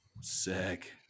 Sick